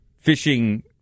fishing